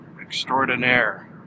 extraordinaire